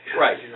Right